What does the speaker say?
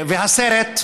והסרט,